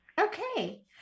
Okay